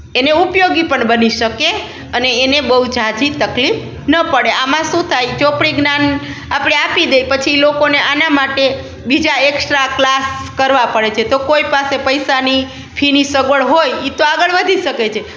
એને ઉપયોગી પણ બની શકે અને એને બહુ ઝાઝી તકલીફ ન પડે આમાં શું થાય ચોપડી જ્ઞાન આપણે આપી દઈએ પછી લોકોને આના માટે બીજા એકસ્ટ્રા ક્લાસ કરવા પડે છે તો કોઈ પાસે પૈસાની ફીની સગવળ હોય એ તો આગળ વધી શકે છે